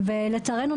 לצערנו,